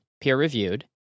peer-reviewed